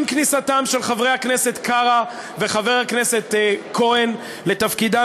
עם כניסתם של חבר הכנסת קרא וחבר הכנסת כהן לתפקידם,